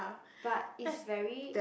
but is very